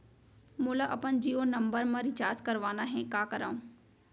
मोला अपन जियो नंबर म रिचार्ज करवाना हे, का करव?